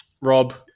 Rob